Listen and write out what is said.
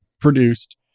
produced